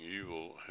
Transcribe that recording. evil